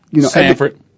Sanford